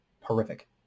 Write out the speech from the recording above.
horrific